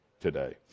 today